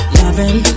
loving